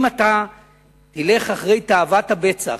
אם אתה תלך אחרי תאוות הבצע,